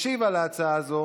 ישיב על ההצעה הזאת